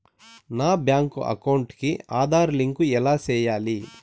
నా bank account కి Aadhaar link ఎలా సేయాలి